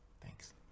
Thanks